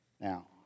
Now